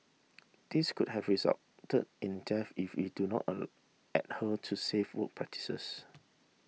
these could have resulted in death if we do not adhere to safe work practices